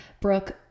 Brooke